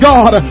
God